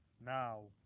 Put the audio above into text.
now